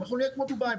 אנחנו נהיה כמו דובאי,